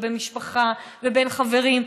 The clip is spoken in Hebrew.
ובין משפחה ובין חברים.